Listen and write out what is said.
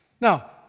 Now